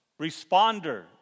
responder